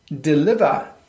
deliver